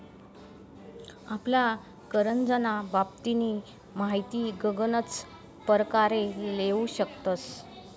आपला करजंना बाबतनी माहिती गनच परकारे लेवू शकतस